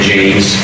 James